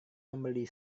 membeli